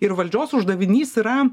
ir valdžios uždavinys yra